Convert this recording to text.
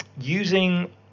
using